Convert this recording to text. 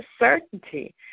certainty